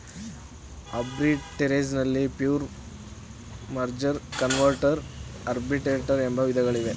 arbitrage ನಲ್ಲಿ pure, merger, converter arbitrage ಎಂಬ ವಿಧಗಳಿವೆ